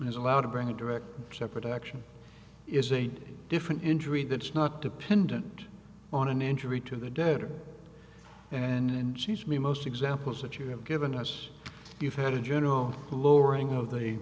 is allowed to bring a direct separate action is a different injury that's not dependent on an injury to the debtor and cheese me most examples that you have given us you've had a general lowering of the